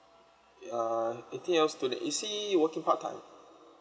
okay uh anything else do they is he working part time